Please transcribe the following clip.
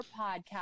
podcast